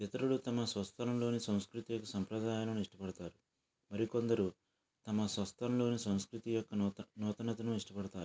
ఇతరులు తమ స్వస్థలంలోని సంస్కృతీ సంప్రదాయాలను ఇష్టపడతారు మరికొందరు తమ స్వస్థలంలోని సంస్కృతి యొక్క నూత నూతనతను ఇష్టపడతారు